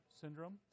syndrome